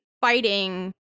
fighting